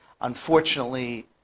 unfortunately